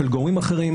של גורמים אחרים,